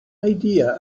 idea